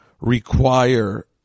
require